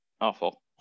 awful